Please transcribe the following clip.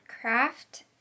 craft